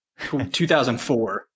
2004